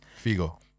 Figo